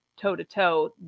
toe-to-toe